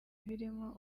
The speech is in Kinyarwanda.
birimo